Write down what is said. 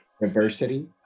diversity